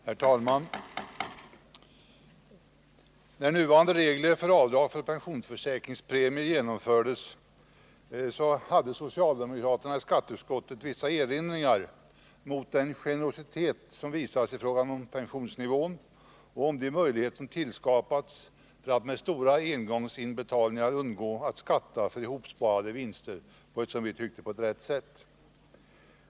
Herr talman! När nuvarande regler för avdrag för pensionsförsäkringar genomfördes hade socialdemokraterna i skatteutskottet vissa erinringar att göra mot den generositet som visats i frågan om pensionsnivån och mot de möjligheter som tillskapats att genom stora engångsinbetalningar undgå att skatta för ihopsparade vinster på ett som vi tycker riktigt sätt.